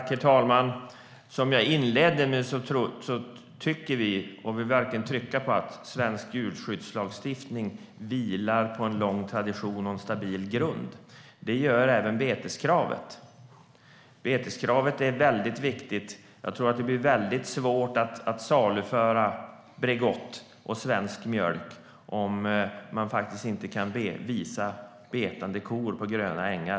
Herr talman! Jag inledde med att säga att vi tycker - och verkligen vill trycka på - att svensk djurskyddslagstiftning vilar på en lång tradition och en stabil grund. Det gör även beteskravet. Det är mycket viktigt. Jag tror att det blir svårt att saluföra Bregott och svensk mjölk om man inte kan visa betande kor på gröna ängar.